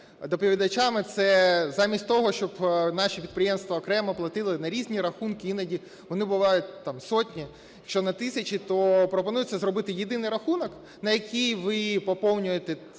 доповідачами, це замість того, щоб наші підприємства окремо платили на різні рахунки, іноді вони бувають там сотні, якщо на тисячі, то пропонується зробити єдиний рахунок, на який ви поповнюєте свій